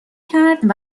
کرد